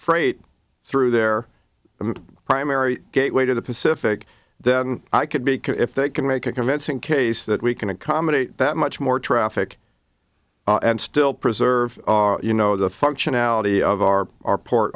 freight through their primary gateway to the pacific then i could be if they can make a convincing case that we can accommodate that much more traffic and still preserve you know the functionality of our our port